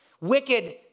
wicked